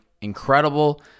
incredible